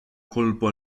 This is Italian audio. colpo